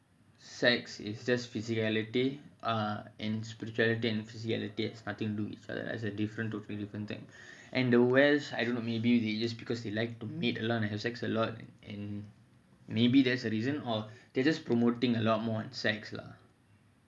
sex is just physicality and physicality and spirituality are different totally different thing and the west I don't know maybe just because they like to mate a lot and have sex a lot maybe that's the reason or they're just promoting a lot more on sex lah